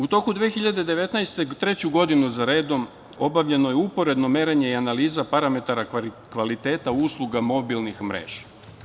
U toku 2019. godine, treću godinu za redom, obavljeno je uporedno merenje i analiza parametara kvaliteta usluga mobilnih mreža.